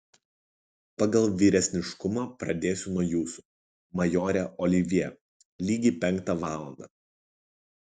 pagal vyresniškumą pradėsiu nuo jūsų majore olivjė lygiai penktą valandą